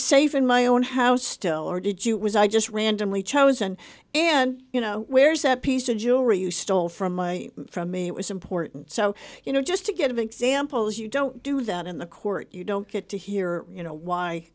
safe in my own house still or did you was i just randomly chosen and you know where's that piece of jewelry you stole from from me it was important so you know just to give examples you don't do that in the court you don't get to hear you know why